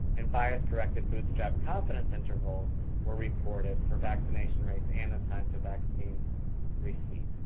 and bias corrected bootstrap confidence intervals were reported for vaccination rates and of times to vaccine receipt.